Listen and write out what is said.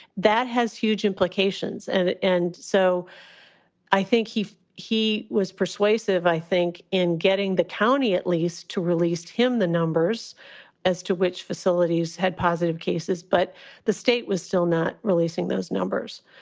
that has huge implications. and and so i think he he was persuasive, i think, in getting the county at least to release him the numbers as to which facilities had positive cases. but the state was still not releasing those numbers.